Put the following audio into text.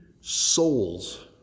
souls